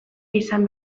izan